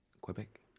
Quebec